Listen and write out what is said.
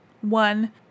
One